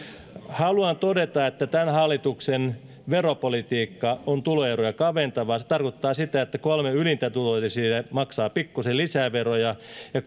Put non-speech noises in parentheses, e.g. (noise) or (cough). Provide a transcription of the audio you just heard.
haluan todeta että tämän hallituksen veropolitiikka on tuloeroja kaventavaa se tarkoittaa sitä että kolme ylintä tulodesiiliä maksavat pikkusen lisää veroja ja (unintelligible)